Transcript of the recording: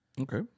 Okay